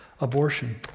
abortion